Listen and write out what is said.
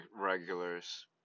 regulars